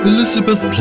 Elizabeth